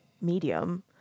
medium